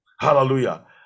Hallelujah